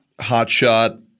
hotshot